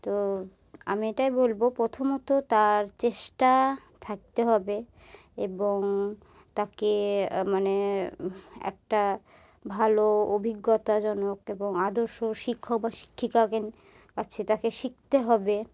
তো আমি এটাই বলব প্রথমত তার চেষ্টা থাকতে হবে এবং তাকে মানে একটা ভালো অভিজ্ঞতাজনক এবং আদর্শ শিক্ষক বা শিক্ষিকার কাছে তাকে শিখতে হবে